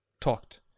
talked